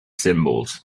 symbols